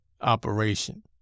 operation